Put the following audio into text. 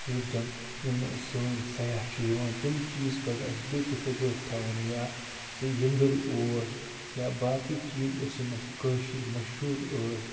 یوٚت زَنہٕ یِم سٲنۍ سیاح چھِ یِوان تِم چیٖز پَزِ اَسہِ بیٚیہ تِتھٕے پٲٹھۍ تھاوٕنۍ یا سٔہ یِنٛدٕر اوس یا باقٕے چیٖز ٲسۍ یِم اَسہِ کٲشِر مہشوٗر ٲسۍ